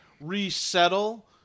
resettle